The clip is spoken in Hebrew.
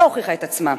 שלא הוכיחה את עצמה.